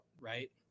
right